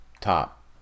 top